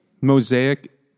mosaic